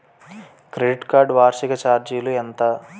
Credit card వార్షిక ఛార్జీలు ఎంత?